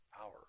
hour